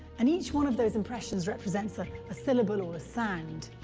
and each one of those impressions represents ah a syllable or a sound.